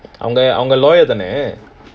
அவங்க:awanga lawyer தானே:thane